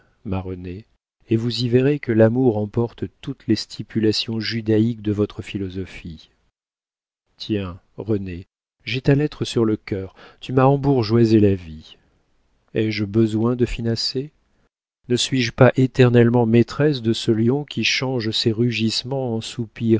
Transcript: ma renée et vous y verrez que l'amour emporte toutes les stipulations judaïques de votre philosophie tiens renée j'ai ta lettre sur le cœur tu m'as embourgeoisé la vie ai-je besoin de finasser ne suis-je pas éternellement maîtresse de ce lion qui change ses rugissements